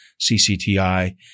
CCTI